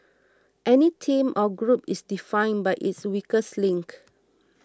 any team or group is defined by its weakest link